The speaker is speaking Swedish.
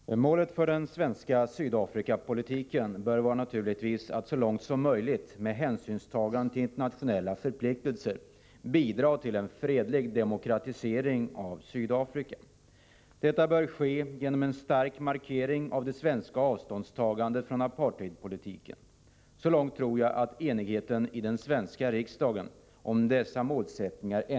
Herr talman! Målet för den svenska Sydafrikapolitiken bör naturligtvis vara att så långt som möjligt med hänsynstagande till internationella förpliktelser bidra till en fredlig demokratisering av Sydafrika. Detta bör ske genom en stark markering av det svenska avståndstagandet från apartheidpolitiken. Så långt tror jag att enigheten i den svenska riksdagen är mycket stor.